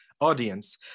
audience